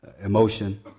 emotion